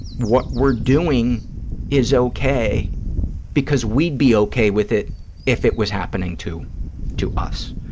what we're doing is okay because we'd be okay with it if it was happening to to us.